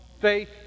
faith